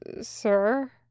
sir